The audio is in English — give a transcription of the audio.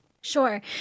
Sure